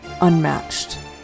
unmatched